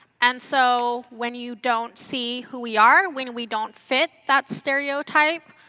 and so when you don't see who we are, when we don't fit, that stereotype,